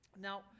Now